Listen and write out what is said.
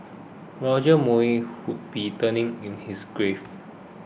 Roger Moore would be turning in his grave